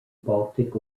baltic